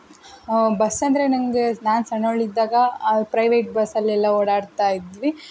ಬಸ್ಸಂದರೆ ನನಗೆ ನಾನು ಸಣ್ಣವ್ಳು ಇದ್ದಾಗ ಪ್ರೈವೇಟ್ ಬಸ್ಸಲ್ಲೆಲ್ಲ ಓಡಾಡ್ತಾ ಇದ್ವಿ